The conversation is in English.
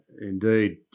Indeed